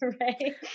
Right